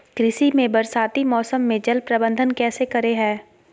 कृषि में बरसाती मौसम में जल प्रबंधन कैसे करे हैय?